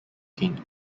gain